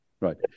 Right